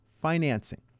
financing